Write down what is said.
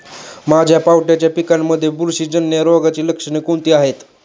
माझ्या पावट्याच्या पिकांमध्ये बुरशीजन्य रोगाची लक्षणे कोणती आहेत?